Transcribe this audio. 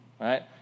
right